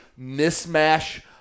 mismatch